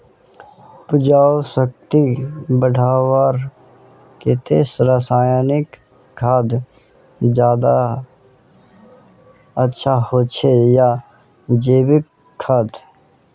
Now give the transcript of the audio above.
उपजाऊ शक्ति बढ़वार केते रासायनिक खाद ज्यादा अच्छा होचे या जैविक खाद?